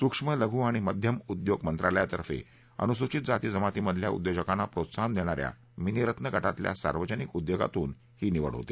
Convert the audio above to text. सूक्ष्म लघु आणि मध्यम उद्योग मंत्रालयातर्फे अनुसूचित जाती जमाती मधल्या उद्योजकांना प्रोत्साहन देणा या मिनिरत्न गातल्या सार्वजनिक उद्योगातून ही निवड होते